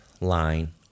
line